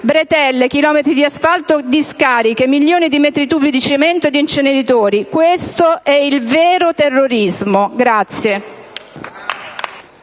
Bretelle, chilometri di asfalto, discariche, milioni di metri cubi di cemento e di inceneritori: questo è il vero terrorismo!